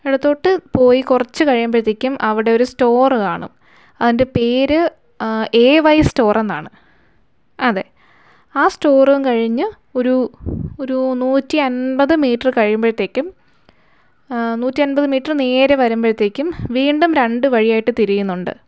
ഇടത്തോട്ട് പോയി കുറച്ച് കഴിയുമ്പോഴത്തേക്കും അവിടെ ഒരു സ്റ്റോറ് കാണും അതിൻ്റെ പേര് എ വൈ സ്റ്റോർ എന്നാണ് അതെ ആ സ്റ്റോറും കഴിഞ്ഞ് ഒരു ഒരു നൂറ്റി അമ്പത് മീറ്റർ കഴിയുമ്പോഴത്തേക്കും നൂറ്റിഅമ്പത് മീറ്റർ നേരെ വരുമ്പോഴത്തേക്കും വീണ്ടും രണ്ടു വഴിയായിട്ട് തിരിയുന്നുണ്ട്